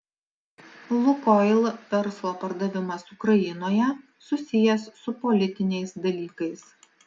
lukoil verslo pardavimas ukrainoje susijęs su politiniais dalykais